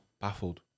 baffled